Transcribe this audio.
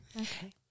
okay